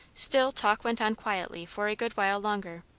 still talk went on quietly for a good while longer.